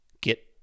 get